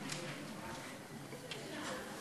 לא נמצאת,